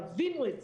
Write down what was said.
תבינו את זה,